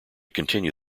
continue